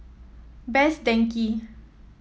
Best Denki